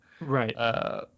Right